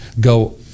go